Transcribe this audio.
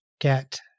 get